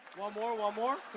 one more, one more?